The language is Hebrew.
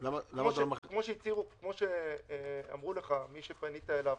כפי שאמר לך מי שפנית אליו,